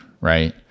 right